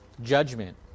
judgment